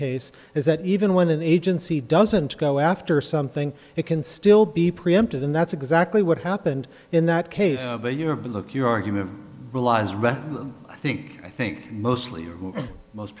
case is that even when an agency doesn't go after something it can still be preempted and that's exactly what happened in that case of a year but look your argument relies right i think i think mostly most